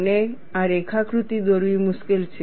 અને આ રેખાકૃતિ દોરવી મુશ્કેલ છે